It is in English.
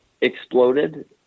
exploded